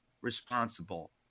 responsible